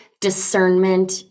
discernment